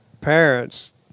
parents